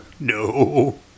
No